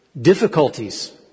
difficulties